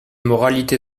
moralité